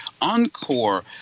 encore